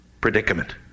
predicament